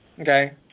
Okay